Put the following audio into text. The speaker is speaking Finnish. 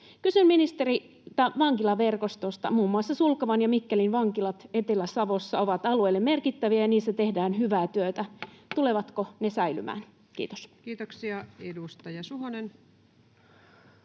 Kysyn ministeriltä vankilaverkostosta: Muun muassa Sulkavan ja Mikkelin vankilat Etelä-Savossa ovat alueille merkittäviä ja niissä tehdään hyvää työtä. Tulevatko ne säilymään? — Kiitos. Kiitoksia. — Edustaja Suhonen.